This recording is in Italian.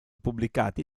pubblicati